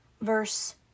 verse